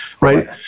right